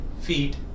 feet